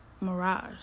mirage